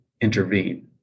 intervene